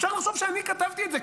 אפשר לחשוב שאני כתבתי את זה,